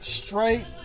straight